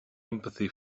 empathy